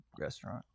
restaurant